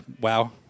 wow